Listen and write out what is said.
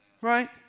right